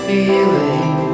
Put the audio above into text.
feeling